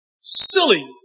silly